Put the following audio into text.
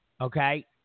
Okay